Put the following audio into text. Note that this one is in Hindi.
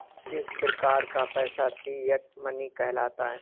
किस प्रकार का पैसा फिएट मनी कहलाता है?